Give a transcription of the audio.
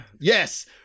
yes